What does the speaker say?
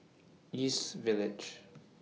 East Village